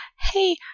hey